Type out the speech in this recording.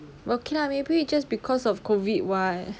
okay lah maybe just because of COVID [what]